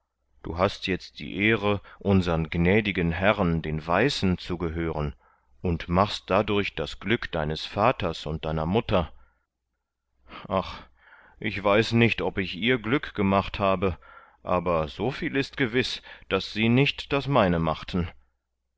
du hast jetzt die ehre unsern gnädigen herren den weißen zu gehören und machst dadurch das glück deines vaters und deiner mutter ach ich weiß nicht ob ich ihr glück gemacht habe aber soviel ist gewiß daß sie nicht das meine machten